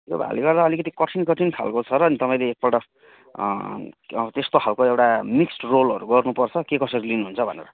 त्यो भएकोले गर्दा अलिकति कठिन कठिन खालको छ र नि तपाईँले एकपल्ट हौ त्यस्तो खालको एउटा मिक्स्ड रोलहरू गर्नुपर्छ के कसरी लिनुहुन्छ भनेर